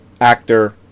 actor